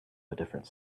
different